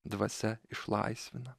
dvasia išlaisvina